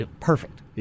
Perfect